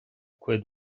cuid